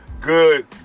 good